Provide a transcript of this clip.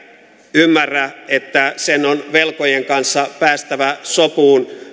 ymmärrä että sen on velkojien kanssa päästävä sopuun